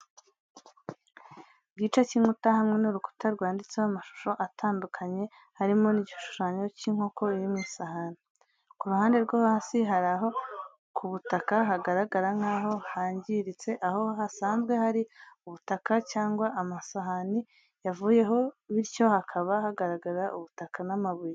Igice cy'inkuta hamwe n'urukuta rwanditseho amashusho atandukanye harimo n'igishushanyo cya inkoko iri mu isahani. Ku ruhande rwa hasi, hari aho ku butaka hagaragara nkaho hangiritse aho hasanzwe hari ubutaka cyangwa amasahani yavuyeho bityo hakaba hagaragara ubutaka n'amabuye.